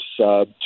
sub